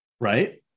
Right